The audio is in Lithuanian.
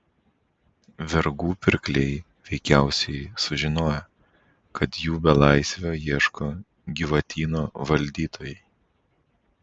vergų pirkliai veikiausiai sužinojo kad jų belaisvio ieško gyvatyno valdytojai